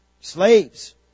Slaves